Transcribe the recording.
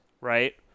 right